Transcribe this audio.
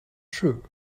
shoe